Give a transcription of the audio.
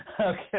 Okay